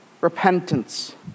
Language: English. Repentance